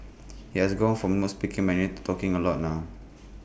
he has gone from not speaking Mandarin to talking A lot now